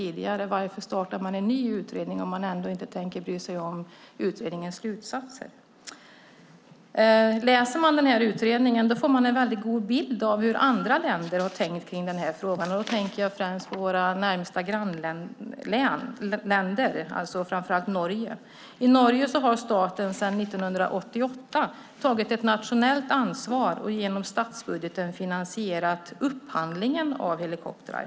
Varför starta en ny utredning om man ändå inte tänker bry sig om utredningens slutsatser? Om man läser utredningen får man en god bild av hur andra länder har tänkt i frågan. Jag tänker främst på våra närmsta grannländer, framför allt Norge. I Norge har staten sedan 1988 tagit ett nationellt ansvar och genom statsbudgeten finansierat upphandlingen av helikoptrar.